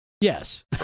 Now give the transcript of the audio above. Yes